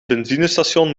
benzinestation